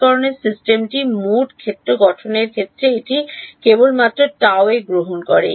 সমীকরণের সিস্টেমটি মোট ক্ষেত্র গঠনের ক্ষেত্রে এটি কেবলমাত্র Γ এ গ্রহণ করে